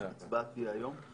ההצבעה תהיה היום?